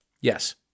Yes